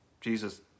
Jesus